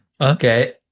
Okay